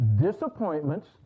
disappointments